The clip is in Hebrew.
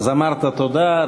אז אמרת תודה.